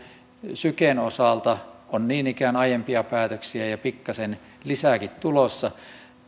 syken osalta on niin ikään aiempia päätöksiä ja ja pikkasen lisääkin tulossa